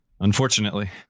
Unfortunately